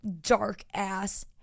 dark-ass